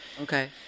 okay